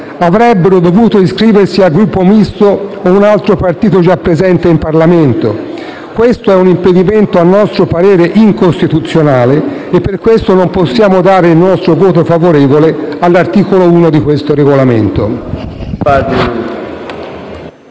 avrebbero dovuto iscriversi al Gruppo Misto o a un altro partito già presente in Parlamento? A nostro parere, questo è un impedimento incostituzionale e per questo non possiamo dare il nostro voto favorevole all'articolo 1 di questo Regolamento.